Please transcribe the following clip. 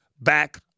back